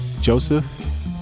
Joseph